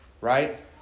Right